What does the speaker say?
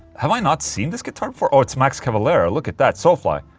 have i not seen this guitar before? oh it's max cavalera, look at that, soulfly